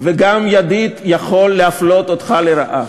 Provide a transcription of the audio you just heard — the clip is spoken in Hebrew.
וגם ידיד יכול להפלות אותך לרעה.